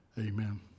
Amen